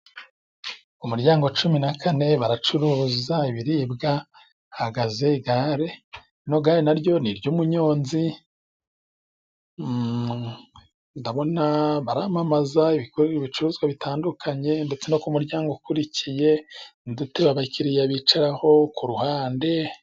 Umuryango cumi na kane baracuruza ibiribwa, hahagaze igare rino gare naryo iry'umuyonzi, ndabona baramamaza ibicuruzwa bitandukanye ndetse no ku muryango ukurikiye, udutebe abakiliriya bicaraho ku ruhande.